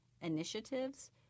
initiatives